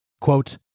Quote